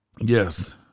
Yes